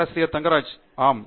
பேராசிரியர் ஆண்ட்ரூ தங்கராஜ் ஆம்